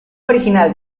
original